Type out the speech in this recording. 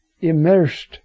immersed